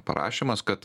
parašymas kad